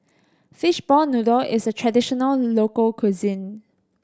fishball noodle is a traditional local cuisine